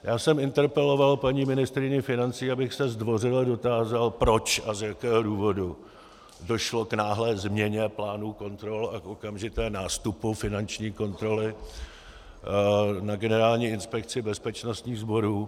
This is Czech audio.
Já jsem interpeloval paní ministryni financí, abych se zdvořile dotázal, proč a z jakého důvodu došlo k náhlé změně plánu kontrol a k okamžitému nástupu finanční kontroly na Generální inspekci bezpečnostních sborů.